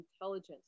intelligence